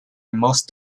most